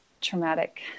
traumatic